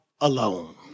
alone